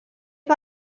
que